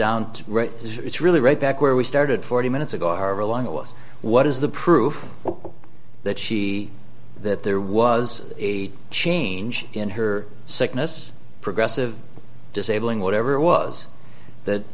right it's really right back where we started forty minutes ago however long it was what is the proof that she that there was a change in her sickness progressive disabling whatever it was that